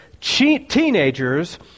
teenagers